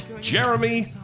Jeremy